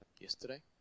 yesterday